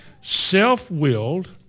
self-willed